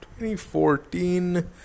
2014